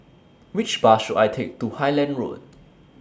Which Bus should I Take to Highland Road